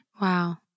Wow